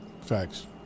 Facts